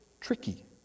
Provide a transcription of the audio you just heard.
tricky